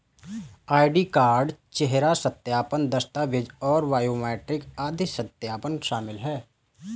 ID card, चेहरा सत्यापन, दस्तावेज़ और बायोमेट्रिक आदि सत्यापन शामिल हैं